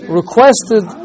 requested